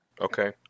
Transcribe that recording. Okay